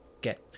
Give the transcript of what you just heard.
get